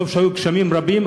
טוב שהיו גשמים רבים,